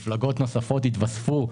מפלגות התווספו,